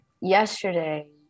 yesterday